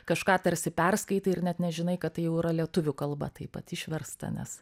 kažką tarsi perskaitai ir net nežinai kad tai jau yra lietuvių kalba taip pat išversta nes